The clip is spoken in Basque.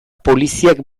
poliziak